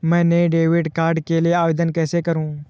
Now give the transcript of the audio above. मैं नए debit card के लिए कैसे आवेदन करूं?